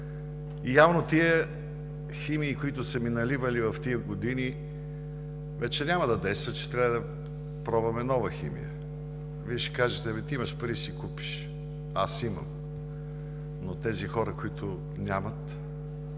Явно химиите, които са ми наливали през годините, вече няма да действат, ще трябва да пробваме нова химия. Вие ще кажете: „Ти имаш пари, ще си купиш“. Аз имам, но тези хора, които нямат?!